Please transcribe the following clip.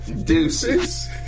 deuces